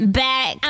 back